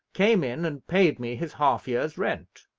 came in, and paid me his half-year's rent.